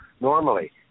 normally